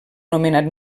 nomenat